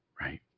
right